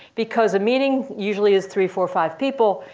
because a meeting usually is three, four, five people.